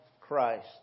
Christ